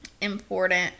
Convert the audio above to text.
important